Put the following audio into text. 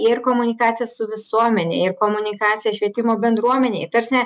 ir komunikacija su visuomene ir komunikacija švietimo bendruomenėj ta prasme